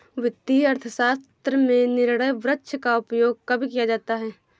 वित्तीय अर्थशास्त्र में निर्णय वृक्ष का उपयोग कब किया जाता है?